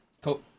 Cool